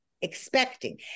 expecting